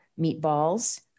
meatballs